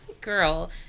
girl